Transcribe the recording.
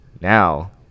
now